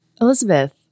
Elizabeth